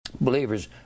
believers